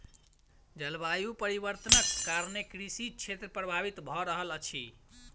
जलवायु परिवर्तनक कारणेँ कृषि क्षेत्र प्रभावित भअ रहल अछि